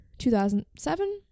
2007